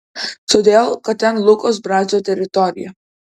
todėl kad ten lukos brazio teritorija